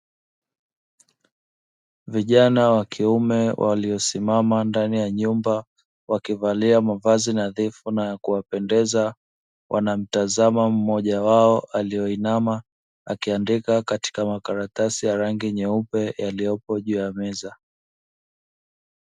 Vijana wa kiume waliosimama ndani ya nyumba wakivalia mavazi nadhifu na ya kuwapendeza, wanamtazama mmoja wao alioinama akiandika katika makaratasi ya rangi nyeupe yaliyoko juu ya meza.